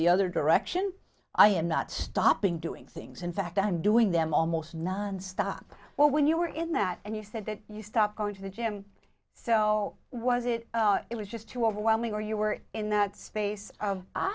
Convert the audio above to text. the other direction i am not stopping doing things in fact i'm doing them almost nonstop well when you were in that and you said that you stopped going to the gym so was it it was just too overwhelming or you were in that space